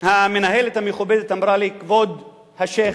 המנהלת המכובדת אמרה לי: כבוד השיח',